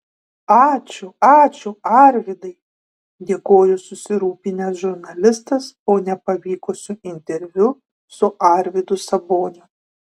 ačiū ačiū arvydai dėkojo susirūpinęs žurnalistas po nepavykusio interviu su arvydu saboniu